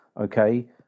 okay